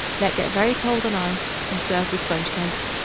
let get very cold on ice and serve with sponge-cake.